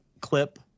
clip